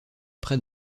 près